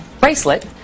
bracelet